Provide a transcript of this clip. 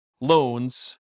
loans